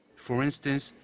for instance,